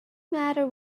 matter